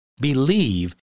believe